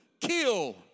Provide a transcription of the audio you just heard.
kill